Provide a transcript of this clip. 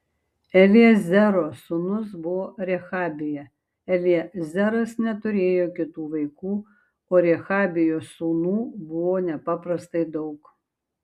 eliezero sūnus buvo rehabija eliezeras neturėjo kitų vaikų o rehabijos sūnų buvo nepaprastai daug